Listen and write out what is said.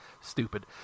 stupid